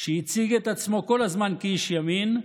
שהציג את עצמו כל הזמן כאיש ימין,